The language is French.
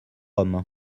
homme